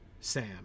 Sam